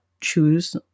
choose